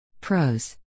Pros